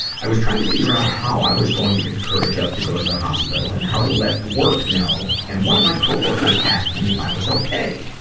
i was trying to figure out how i was going to get the courage up to go to the hospital and how to let work know, and one of my co-workers asked me if i was okay.